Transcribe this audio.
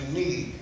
need